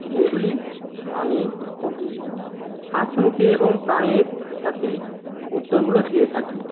যেগুলি আমি খুবই হাসি মুখে এবং প্রাণের সাথে উত্তরগুলো দিয়ে থাকি